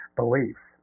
beliefs